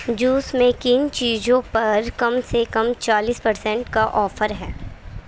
juice میں کن چیزوں پر کم سے کم چالیس پرسینٹ کا آفر ہے